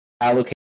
allocate